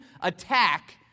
attack